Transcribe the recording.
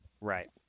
Right